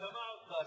שמעתי אותך.